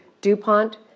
DuPont